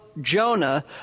Jonah